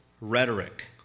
Rhetoric